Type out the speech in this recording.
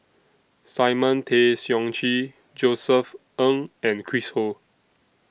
Simon Tay Seong Chee Josef Ng and Chris Ho